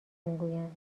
میگویند